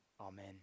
amen